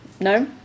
no